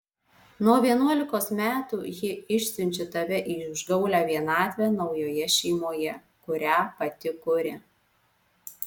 nuo vienuolikos metų ji išsiunčia tave į užgaulią vienatvę naujoje šeimoje kurią pati kuria